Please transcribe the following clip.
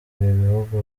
ibihugu